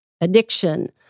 addiction